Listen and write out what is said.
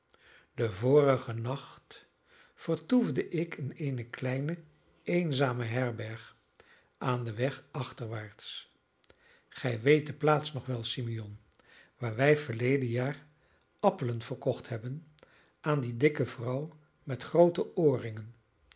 den vorigen nacht vertoefde ik in eene kleine eenzame herberg aan den weg achterwaarts gij weet de plaats nog wel simeon waar wij verleden jaar appelen verkocht hebben aan die dikke vrouw met groote oorringen